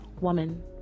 woman